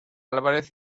álvarez